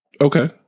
Okay